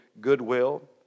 goodwill